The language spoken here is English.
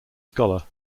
scholar